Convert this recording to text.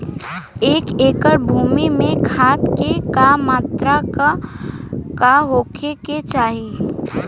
एक एकड़ भूमि में खाद के का मात्रा का होखे के चाही?